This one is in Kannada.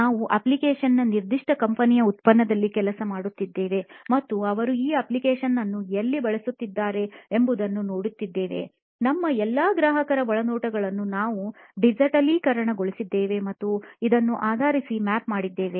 ನಾವು ಅಪ್ಲಿಕೇಶನ್ನ ನಿರ್ದಿಷ್ಟ ಕಂಪನಿಯ ಉತ್ಪನ್ನದಲ್ಲಿ ಕೆಲಸ ಮಾಡುತ್ತಿದ್ದೇವೆ ಮತ್ತು ಅವರು ಈ ಅಪ್ಲಿಕೇಶನ್ ಅನ್ನು ಎಲ್ಲಿ ಬಳಸುತ್ತಾರೆ ಎಂಬುದನ್ನು ನೋಡುತ್ತಿದ್ದೇವೆ ನಮ್ಮ ಎಲ್ಲ ಗ್ರಾಹಕರ ಒಳನೋಟಗಳನ್ನು ನಾವು ಡಿಜಿಟಲೀಕರಣಗೊಳಿಸಿದ್ದೇವೆ ಮತ್ತು ಇದನ್ನು ಆಧರಿಸಿ ಮ್ಯಾಪ್ ಮಾಡಿದ್ದೇವೆ